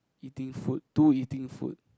eating fruit two eating fruit